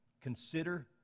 consider